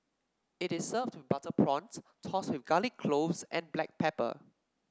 it is served with butter prawns tossed with garlic cloves and black pepper